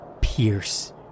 pierce